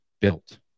built